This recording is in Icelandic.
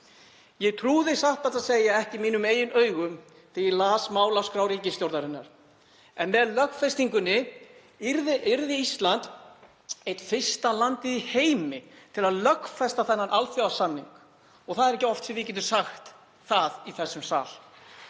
Ég trúði satt best að segja ekki mínum eigin augum þegar ég las málaskrá ríkisstjórnarinnar. Með lögfestingunni yrði Ísland eitt fyrsta landið í heimi til að lögfesta þennan alþjóðasamning. Það er ekki oft sem við getum sagt það í þessum sal.